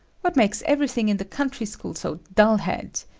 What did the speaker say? what makes everything in the country school so dull-head.